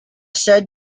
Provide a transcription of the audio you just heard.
said